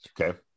Okay